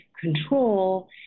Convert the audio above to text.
control